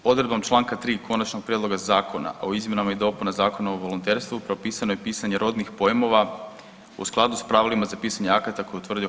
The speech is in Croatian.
Odredbom čl. 3. Konačnog prijedloga Zakona o izmjenama i dopunama Zakona o volonterstvu propisano je pisanje rodnih pojmova u skladu s pravilima za pisanje akata koje je utvrdio HS.